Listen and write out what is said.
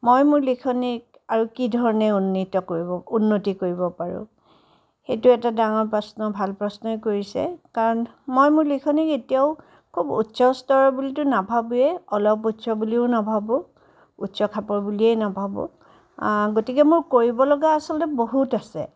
মই মোৰ লিখনিক আৰু কি ধৰণে উন্নতি কৰিব উন্নিত কৰিব পাৰোঁ সেইটো এটা ডাঙৰ প্ৰশ্ন ভাল প্ৰশ্নই কৰিছে কাৰণ মই মোৰ লিখনিক এতিয়াও খুব উচ্ছ স্তৰৰ বুলিতো নাভাবোঁয়েই অলপ উচ্ছ বুলিও নাভাবোঁ উচ্ছ খাপৰ বুলিয়ে নাভাবোঁ গতিকে মোৰ কৰিবলগীয়া আচলতে বহুত আছে